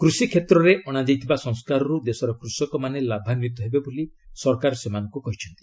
କୃଷିକ୍ଷେତ୍ରରେ ଅଣାଯାଇଥିବା ସଂସ୍କାରରୁ ଦେଶର କୃଷକମାନେ ଲାଭାନ୍ୱିତ ହେବେ ବୋଲି ସରକାର ସେମାନଙ୍କୁ କହିଛନ୍ତି